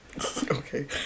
Okay